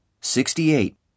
Sixty-eight